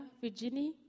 Virginia